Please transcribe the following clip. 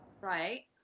right